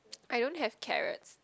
I don't have carrots